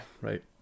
Right